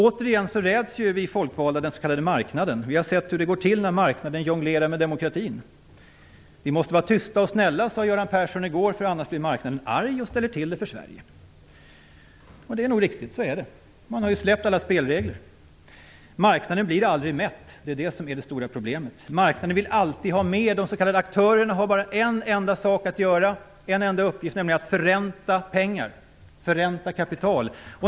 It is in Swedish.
Återigen räds vi folkvalda den s.k. marknaden. Vi har sett hur det går till när marknaden jonglerar med demokratin. Vi måste vara tysta och snälla, sade Göran Persson i går, för annars blir marknaden arg och ställer till det för Sverige. Det är nog riktigt. Så är det. Man har ju släppt alla spelregler. Marknaden blir aldrig mätt. Det är det som är det stora problemet. Marknaden vill alltid ha mer. De s.k. aktörerna har bara en enda sak att göra, en enda uppgift, nämligen att förränta pengar, förränta kapital.